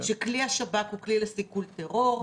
כלי השב"כ הוא כלי לסיכול טרור,